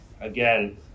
again